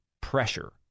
pressure